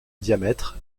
diamètre